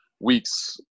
weeks